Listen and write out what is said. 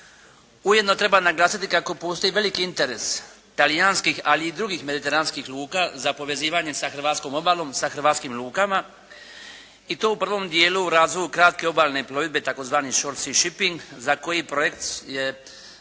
Ujedno treba naglasiti kako postoji veliki interes talijanskih ali i drugih mediteranskih luka za povezivanje sa hrvatskom obalom, sa hrvatskim lukama i to u prvom dijelu u razvoju kratke obalne plovidbe tzv. short sea shipping za koji projekt su